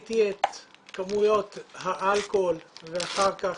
ראיתי את כמויות האלכוהול ואחר כך,